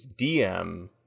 DM